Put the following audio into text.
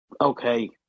okay